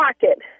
pocket